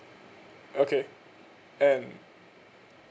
okay and